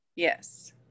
Yes